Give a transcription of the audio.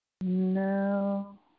No